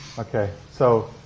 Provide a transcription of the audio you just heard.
okay, so